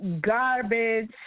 garbage